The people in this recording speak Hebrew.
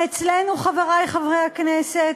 ואצלנו, חברי חברי הכנסת,